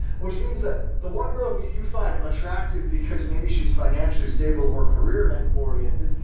which means that the one girl who you find attractive because maybe she's financially stable or career and oriented,